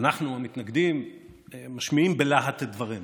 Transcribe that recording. אנחנו המתנגדים משמיעים בלהט את דברינו.